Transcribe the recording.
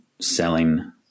selling